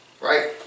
right